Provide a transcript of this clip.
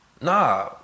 Nah